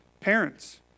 Parents